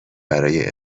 برای